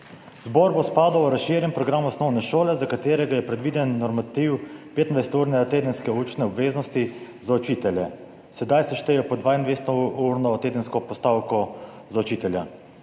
Zbor bo spadal v razširjen program osnovne šole, za katerega je predviden normativ 25 ur tedenske učne obveznosti za učitelje, sedaj se šteje tedenska postavka za učitelja,